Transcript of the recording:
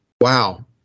wow